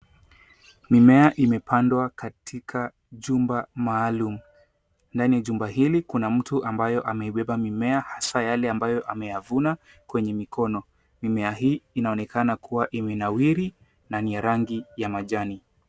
Mimea imepandwa katika jumba maalum. Ndani ya jumba hili kuna mtu ambayo ameibeba mimea hasa yale ambayo ameyavuna kwenye mikono. Mimea hii inaonekana kuwa imenawiri na ni ya rangi ya majani.